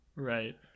Right